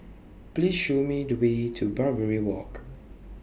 Please Show Me The Way to Barbary Walk